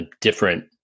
different